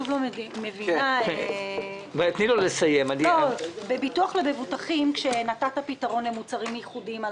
אני שוב לא מבינה: בביטוח למבוטחים כאשר נתת פתרון למוצרים מיוחדים,